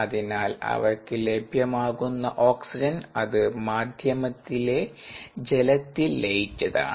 അതിനാൽ അവയ്ക്ക് ലഭ്യമാകുന്ന ഓക്സിജൻ അത് മാധ്യമത്തിലെ ജലത്തിൽ ലയിച്ചതാണ്